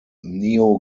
neo